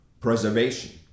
preservation